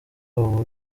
ubu